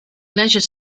leisure